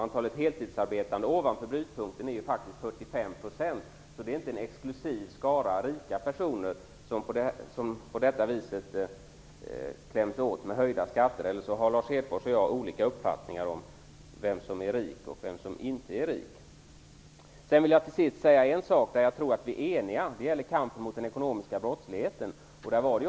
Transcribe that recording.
Antalet heltidsarbetande ovanför brytpunkten är 45 %, så det handlar inte om en exklusiv skara rika personer som på detta vis kläms åt med höjda skatter. Eller också har Lars Hedfors och jag olika uppfattningar vem som är rik och vem som inte är rik. Till sist tror jag att vi är eniga om en sak, nämligen kampen mot den ekonomiska brottsligheten.